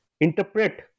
interpret